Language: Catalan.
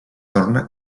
torna